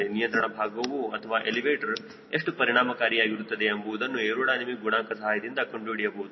ನಿಯಂತ್ರಣ ಭಾಗವು ಅಥವಾ ಎಲಿವೇಟರ್ ಎಷ್ಟು ಪರಿಣಾಮಕಾರಿಯಾಗಿರುತ್ತದೆ ಎಂಬುವುದನ್ನು ಏರೋಡೈನಮಿಕ್ ಗುಣಾಂಕ ಸಹಾಯದಿಂದ ಕಂಡುಹಿಡಿಯಬಹುದು